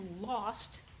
lost